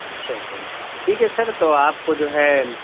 اچھا اچھا ٹھیک ہے سر تو آپ کو جو ہے